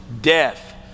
death